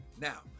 Now